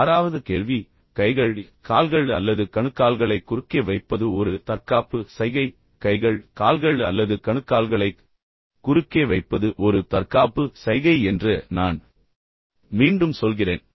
ஆறாவது கேள்வி கைகள் கால்கள் அல்லது கணுக்கால்களைக் குறுக்கே வைப்பது ஒரு தற்காப்பு சைகை கைகள் கால்கள் அல்லது கணுக்கால்களைக் குறுக்கே வைப்பது ஒரு தற்காப்பு சைகை என்று நான் மீண்டும் சொல்கிறேன்